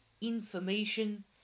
information